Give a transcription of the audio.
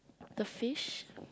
the fish